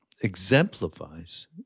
exemplifies